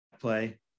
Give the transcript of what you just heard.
play